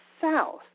South